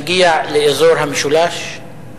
מגיע לאזור המשולש,